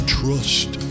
trust